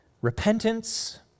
Repentance